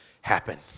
happen